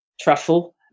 truffle